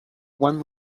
when